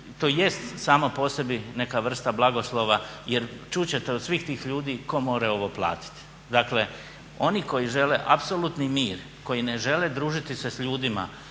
to jest samo po sebi neka vrsta blagoslova jer čut ćete od svih tih ljudi "Ko more ovo platit." Dakle, oni koji žele apsolutni mir, koji ne žele družiti se s ljudima